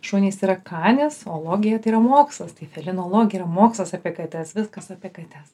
šunys yra kanės ologije tai yra mokslas tai felinologija yra mokslas apie kates viskas apie kates